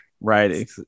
right